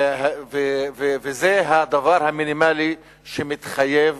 זה דבר המינימלי שמתחייב